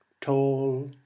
Tall